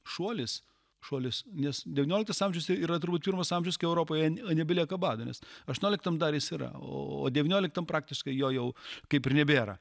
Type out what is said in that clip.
šuolis šuolis nes devynioliktas amžius ir yra turbūt pirmas amžius kai europoje nebelieka bado aštuonioliktam dar jis yra o devynioliktam praktiškai jo jau kaip ir nebėra